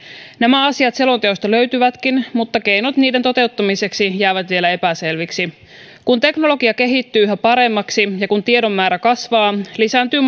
nämä asiat selonteosta löytyvätkin mutta keinot niiden toteuttamiseksi jäävät vielä epäselviksi kun teknologia kehittyy yhä paremmaksi ja kun tiedon määrä kasvaa lisääntyy